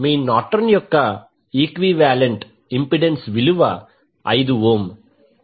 మీ Norton యొక్క equivalent impedance విలువ 5 ఓం